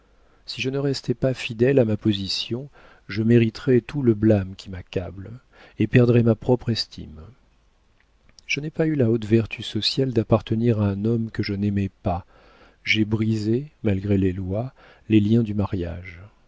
si je ne restais pas fidèle à ma position je mériterais tout le blâme qui m'accable et perdrais ma propre estime je n'ai pas eu la haute vertu sociale d'appartenir à un homme que je n'aimais pas j'ai brisé malgré les lois les liens du mariage